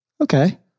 Okay